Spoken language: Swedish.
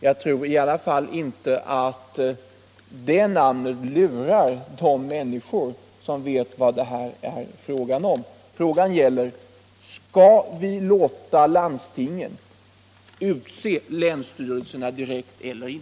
Jag tror i alla fall inte att det lurar de människor som vet vad det verkligen handlar om.